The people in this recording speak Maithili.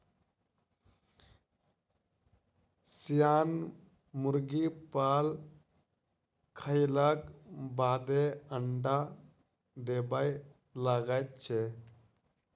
सियान मुर्गी पाल खयलाक बादे अंडा देबय लगैत छै